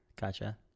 Gotcha